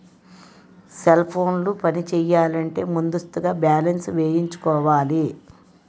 cell ఫోన్లు పనిచేయాలంటే ముందస్తుగా బ్యాలెన్స్ వేయించుకోవాలి